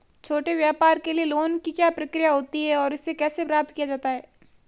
छोटे व्यापार के लिए लोंन की क्या प्रक्रिया होती है और इसे कैसे प्राप्त किया जाता है?